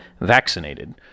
vaccinated